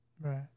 Right